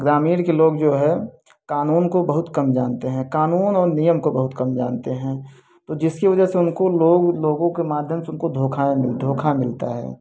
ग्रामीण के लोग जो है कानून को बहुत कम जानते हैं कानून और नियम को बहुत कम जानते हैं तो जिसकी वजह से उनको लोग लोगों के माध्यम से उनको धोखाए मिल धोखा मिलता है